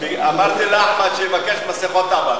אני אמרתי לאחמד שיבקש מסכות אב"כ.